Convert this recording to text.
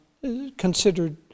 considered